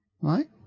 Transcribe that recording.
right